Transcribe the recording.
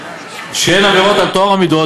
שהן עבירות על טוהר המידות,